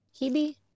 Hebe